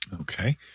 Okay